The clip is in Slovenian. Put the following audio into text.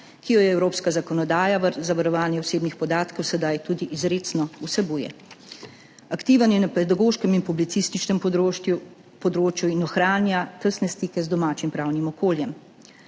ki jo evropska zakonodaja za varovanje osebnih podatkov sedaj tudi izrecno vsebuje. Aktiven je na pedagoškem in publicističnem področju in ohranja tesne stike z domačim pravnim okoljem.